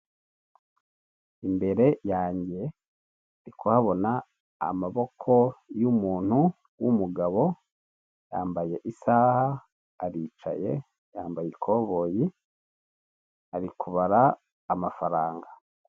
Imbere yanjye ndikuhabona amaboko y'umuntu w'umugabo, yambaye isaha aricaye, yambaye ikoboyi ari kubara amafaranga.